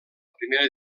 primera